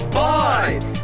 five